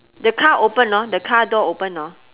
the car open orh the card door open orh